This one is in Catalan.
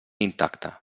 intacte